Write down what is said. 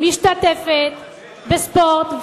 משתתפת בספורט,